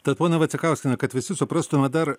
tad ponia vaicekauskiene kad visi suprastume dar